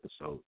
episode